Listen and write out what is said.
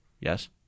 Yes